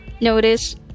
notice